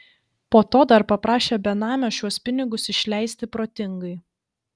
po to dar paprašė benamio šiuos pinigus išleisti protingai